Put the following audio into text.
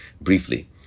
briefly